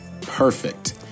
perfect